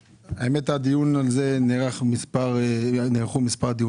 אמרתי שאני מושך את רוב ההסתייגויות כך שיישארו מספר מצומצם מאוד של